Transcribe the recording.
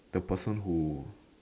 the person who